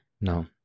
No